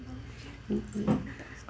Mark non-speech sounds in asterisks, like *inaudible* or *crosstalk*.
*unintelligible*